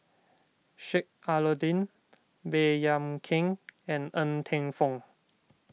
Sheik Alau'ddin Baey Yam Keng and Ng Teng Fong